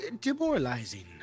demoralizing